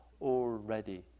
already